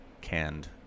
canned